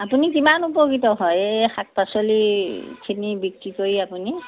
আপুনি কিমান উপকৃত হয় এই শাক পাচলিখিনি বিক্ৰী কৰি আপুনি